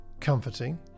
comforting